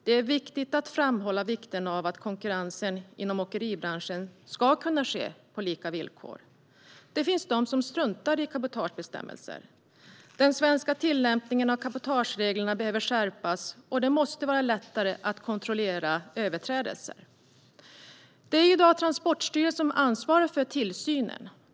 Det är viktigt att framhålla betydelsen av att konkurrensen inom åkeribranschen ska kunna ske på lika villkor. Det finns de som struntar i cabotagebestämmelser. Den svenska tillämpningen av cabotagereglerna behöver skärpas, och det måste bli lättare att kontrollera överträdelser. Det är i dag Transportstyrelsen som ansvarar för tillsynen.